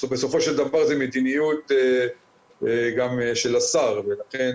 בסופו של דבר זאת גם מדיניות של השר ולכן